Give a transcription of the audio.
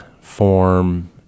form